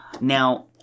Now